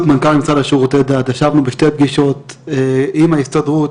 ישבנו בשתי פגישות עם ההסתדרות,